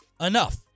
enough